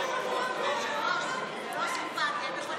מי שיצא בקריאה שלישית, נא לצאת.